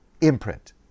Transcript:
imprint